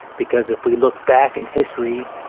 because if we look back in history,